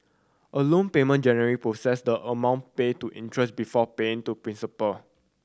a loan payment generally process the amount paid to interest before paying to principal